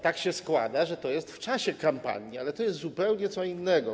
Tak się składa, że to jest w czasie kampanii, ale to jest zupełnie co innego.